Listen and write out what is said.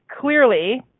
clearly